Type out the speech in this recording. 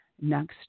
next